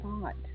thought